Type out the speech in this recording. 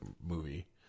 movie